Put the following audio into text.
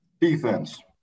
Defense